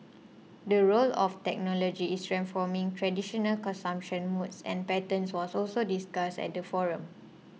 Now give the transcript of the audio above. the role of technology is transforming traditional consumption modes and patterns was also discussed at the forum